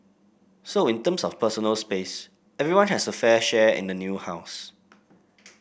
so in terms of personal space everyone has a fair share in the new house